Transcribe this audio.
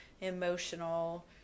emotional